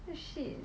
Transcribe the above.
the shit